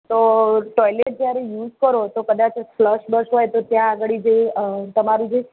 તો ટોયલેટ જ્યારે યુઝ કરો તો કદાચ ફ્લશ બશ હોય તો ત્યાં જે તમારું જે